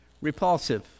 repulsive